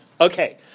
Okay